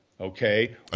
Okay